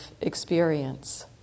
experience